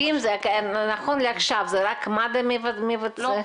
נכון לעכשיו זה רק מד"א מבצעת?